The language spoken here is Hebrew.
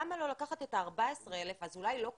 למה לא לקחת את ה-14 אלף, אז אולי לא כולם,